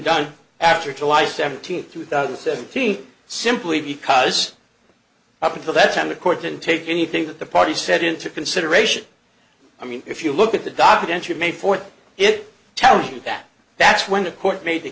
done after july seventeenth two thousand and seventeen simply because up until that time the court didn't take anything that the party said into consideration i mean if you look at the documentary made for it tell you that that's when the court made